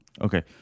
Okay